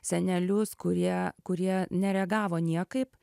senelius kurie kurie nereagavo niekaip